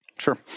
Sure